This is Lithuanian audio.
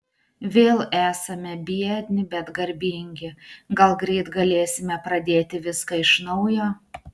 vėl esame biedni bet garbingi gal greit galėsime pradėti viską iš naujo